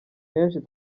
henshi